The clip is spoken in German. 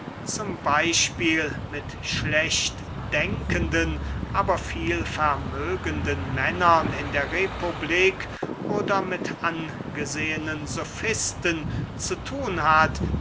z b mit schlecht denkenden aber vielvermögenden männern in der republik oder mit angesehenen sofisten zu thun hat